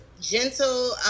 gentle